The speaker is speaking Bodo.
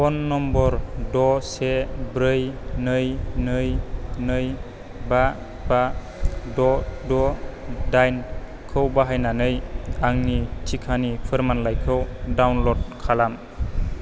फ'न नम्बर द' से ब्रै नै नै नै बा बा द' द' दाइनखौ बाहायनानै आंनि टिकानि फोरमानलाइखौ डाउनल'ड खालाम